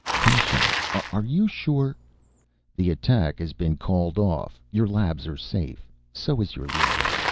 commissioner, are you sure the attack has been called off. your labs are safe. so is your life.